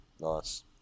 Nice